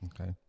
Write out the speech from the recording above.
Okay